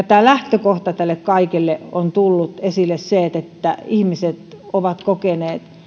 tämä lähtökohta tälle kaikelle on tullut esille kun ihmiset ovat kokeneet